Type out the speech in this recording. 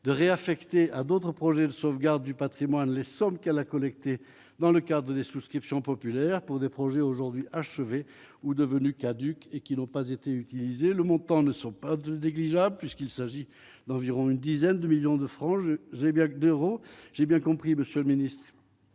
de réaffecter un beau votre projet de sauvegarde du Patrimoine, les sommes qu'elle a collectées dans le cadre de souscription populaire pour des projets aujourd'hui achevé ou devenu caduque et qui n'ont pas été utilisées le montant ne sont pas de négligeables, puisqu'il s'agit d'environ une dizaine de millions de francs, je sais bien que d'euros j'ai bien compris monsieur le Ministre.